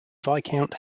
viscount